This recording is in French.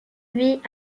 vie